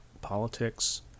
politics